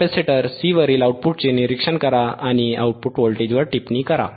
capacitor C वरील आउटपुटचे निरीक्षण करा आणि आउटपुट व्होल्टेजवर टिप्पणी करा